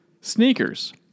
Sneakers